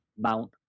Mount